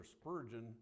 Spurgeon